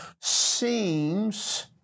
seems